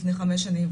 לפני חמש שנים.